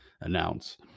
announce